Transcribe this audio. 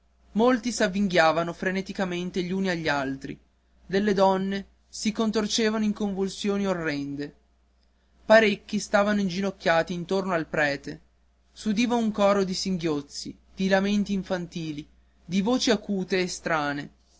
spirò molti s'avvinghiavano freneticamente gli uni agli altri delle donne si scontorcevano in convulsioni orrende parecchi stavano inginocchiati intorno al prete s'udiva un coro di singhiozzi di lamenti infantili di voci acute